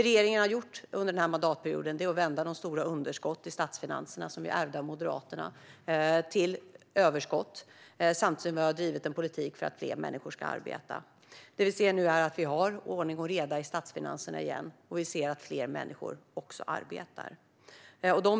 Regeringen har under den här mandatperioden vänt de stora underskott i statsfinanserna som vi ärvde av Moderaterna till överskott, samtidigt som vi har drivit en politik för att fler människor ska arbeta. Vi har nu ordning och reda i statsfinanserna igen, och vi ser också att fler människor arbetar.